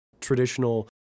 traditional